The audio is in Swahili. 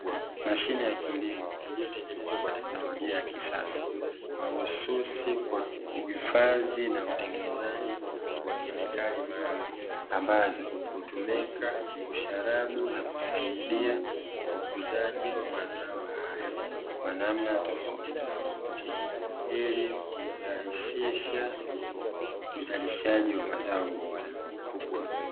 Mashine ya kilimo, iliyotengenezwa kwa teknolojia ya kisasa mahususi kwa uhifadhi na utengenezaji wa kemikali maalumu, ambazo hutumika kusharabu na kusaidia ukuzaji wa mazao hayo, kwa namna tofautitofauti, ili kurahisisha uzalishaji wa mazao bora.